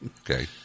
Okay